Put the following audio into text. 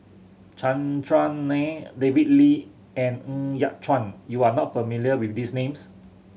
Chandran Nair David Lee and Ng Yat Chuan you are not familiar with these names